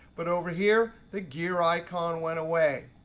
but over here, the gear icon went away.